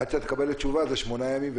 עד שהם מקבלים תשובה עוברים שמונה ימים,